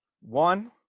One